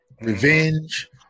revenge